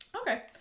Okay